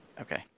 Okay